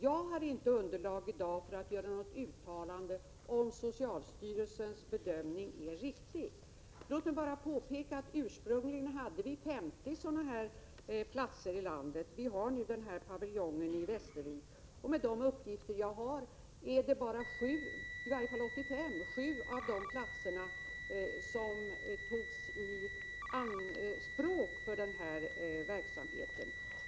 Jag har inte i dag underlag för att göra något uttalande om huruvida socialstyrelsens bedömning är riktig. Låt mig bara påpeka att vi ursprungligen hade 50 vårdplatser av det här slaget i landet. Nu har vi bara paviljongen i Västervik. Enligt de uppgifter jag har, från 1985, var det då bara sju av platserna som togs i anspråk för denna verksamhet.